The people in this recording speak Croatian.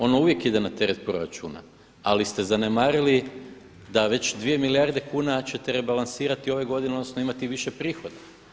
Ono uvijek ide na teret proračuna ali ste zanemarili da već 2 milijarde kuna ćete rebalansirati ove godine, odnosno imati više prihoda.